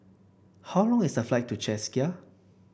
how long is the flight to Czechia